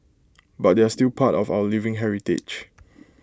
but they're still part of our living heritage